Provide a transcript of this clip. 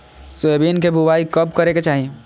Soybean के बुआई कब करे के चाहि?